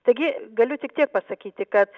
taigi galiu tik tiek pasakyti kad